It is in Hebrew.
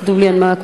כתוב לי "מהמקום".